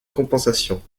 compensation